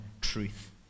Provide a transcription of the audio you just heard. truth